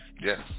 Yes